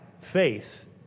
faith